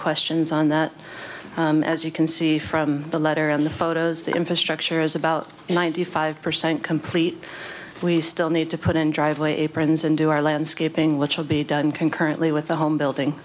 questions on that as you can see from the letter in the photos the infrastructure is about ninety five percent complete we still need to put in driveway aprons and do our landscaping which will be done concurrently with the home building